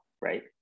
right